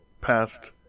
past